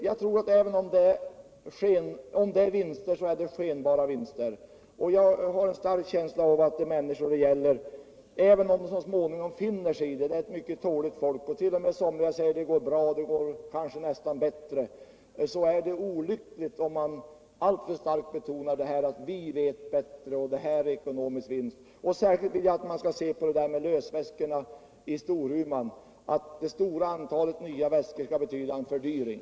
Jag tror att även om det är vinster med den nva ordningen så är det skenbara vinster. Även om de människor det gäller - det är ett mycket tåligt folk - så småningom finner sig i det nya systemet och kanske1. o. m. säger att det går bra — ja, nästan bättre, så har jag en stark känsla av att det är olyckligt om man alltför starkt betonar att vi vet bättre. och det här är on ekonomisk Vinst. Särskilt önskar jag att man skall inse att det stora antalet lösväskor i Storuman betyder en fördvyring.